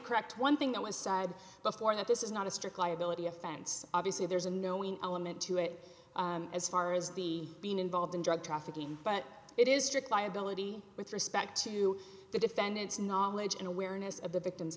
correct one thing though aside before that this is not a strict liability offense obviously there's a knowing element to it as far as the being involved in drug trafficking but it is strict liability with respect to the defendant's knowledge and awareness of the victim